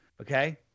okay